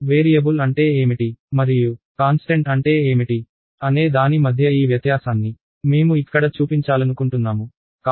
variable అంటే ఏమిటి మరియు కాన్స్టెంట్ అంటే ఏమిటి అనే దాని మధ్య ఈ వ్యత్యాసాన్ని మేము ఇక్కడ చూపించాలనుకుంటున్నాము